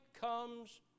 comes